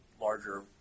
larger